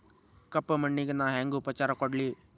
ಕಪ್ಪ ಮಣ್ಣಿಗ ನಾ ಹೆಂಗ್ ಉಪಚಾರ ಕೊಡ್ಲಿ?